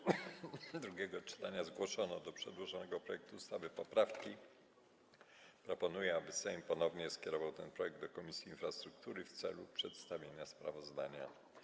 W związku z tym, że w czasie drugiego czytania zgłoszono do przedłożonego projektu ustawy poprawki, proponuję, aby Sejm ponownie skierował ten projekt do Komisji Infrastruktury w celu przedstawienia sprawozdania.